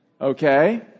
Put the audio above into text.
Okay